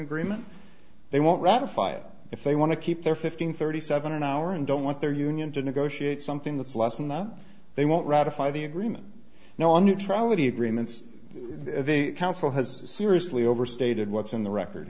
agreement they won't ratify it if they want to keep their fifteen thirty seven an hour and don't want their union to negotiate something that's less than that they won't ratify the agreement now on neutrality agreements the council has seriously overstated what's in the record